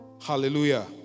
Hallelujah